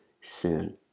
sin